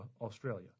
Australia